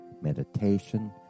meditation